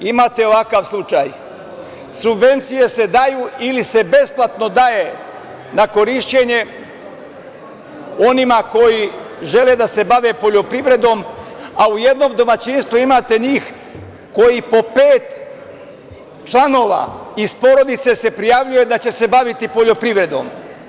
Imate ovakav slučaj, subvencije se daju ili se besplatno daje na korišćenje onima koji žele da se bave poljoprivredom, a u jedno domaćinstvu imate njih koji po pet članova iz porodice se prijavljuje da će se baviti poljoprivredom.